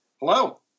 Hello